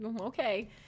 okay